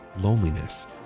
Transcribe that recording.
loneliness